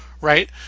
right